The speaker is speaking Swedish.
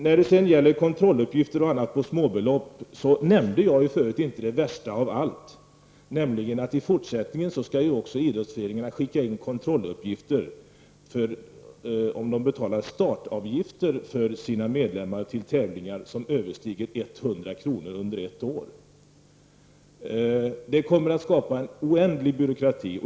När det gäller kontrolluppgifterna på småbelopp nämnde jag förut inte det värsta av allt, nämligen att idrottsföreningarna i fortsättningen skall skicka in kontrolluppgifter om de betalar startavgifter för sina medlemmar deltar fär i tävlingar, förutsatt att avgifterna överstiger 100 kr. under ett år. Det kommer att skapa oändlig byråkrati.